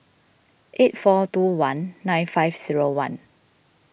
eight four two one nine five zero one